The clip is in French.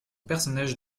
personnage